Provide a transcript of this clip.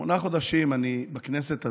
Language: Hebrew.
שמונה חודשים אני בכנסת הזאת,